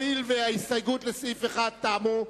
הואיל וההסתייגויות לסעיף 1 תמו,